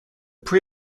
pre